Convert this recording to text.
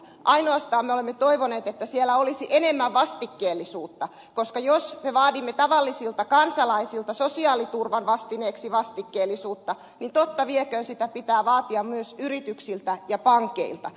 ainoastaan me olemme toivoneet että siellä olisi enemmän vastikkeellisuutta koska jos me vaadimme tavallisilta kansalaisilta sosiaaliturvan vastineeksi vastikkeellisuutta niin totta vieköön sitä pitää vaatia myös yrityksiltä ja pankeilta